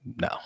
No